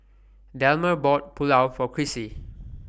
Delmer bought Pulao For Crissie